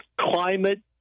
Climate